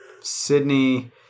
Sydney